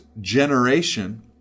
generation